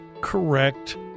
correct